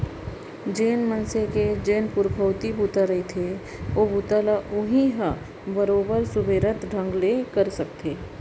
जेन मनसे के जेन पुरखउती बूता रहिथे ओ बूता ल उहीं ह बरोबर सुबेवत ढंग ले कर सकथे